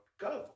go